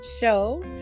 show